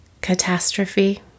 Catastrophe